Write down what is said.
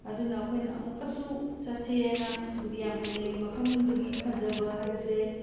ꯑꯗꯨꯅ ꯑꯩꯈꯣꯏꯅ ꯑꯃꯨꯛꯀꯁꯨ ꯆꯠꯁꯦꯅꯕꯨꯗꯤ ꯌꯥꯝꯅ ꯍꯥꯏꯅꯩ ꯃꯐꯝꯗꯨꯒꯤ ꯐꯖꯕ ꯍꯥꯏꯕꯁꯦ